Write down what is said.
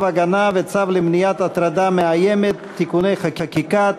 הגנה וצו למניעת הטרדה מאיימת (תיקוני חקיקה),